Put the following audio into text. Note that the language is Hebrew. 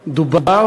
מדובר,